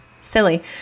silly